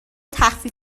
تخفیف